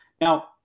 Now